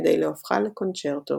כדי להופכה לקונצ׳רטו.